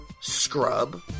scrub